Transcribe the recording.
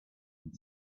and